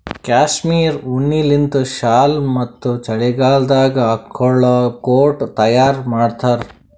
cashmere ಉಣ್ಣಿಲಿಂತ್ ಶಾಲ್ ಮತ್ತ್ ಚಳಿಗಾಲದಾಗ್ ಹಾಕೊಳ್ಳ ಕೋಟ್ ತಯಾರ್ ಮಾಡ್ತಾರ್